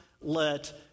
let